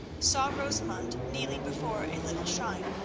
saw rosamund kneeling before a little shrine,